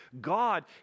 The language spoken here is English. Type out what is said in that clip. God